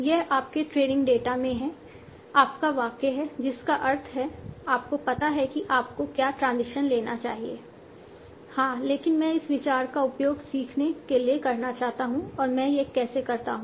यह आपके training data में आपका वाक्य है जिसका अर्थ है आपको पता है कि आपको क्या ट्रांजिशन लेना चाहिए हां लेकिन मैं इस विचार का उपयोग सीखने के लिए करना चाहता हूं और मैं यह कैसे करता हूं